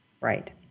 Right